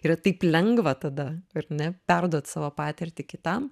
yra taip lengva tada ar ne perduot savo patirtį kitam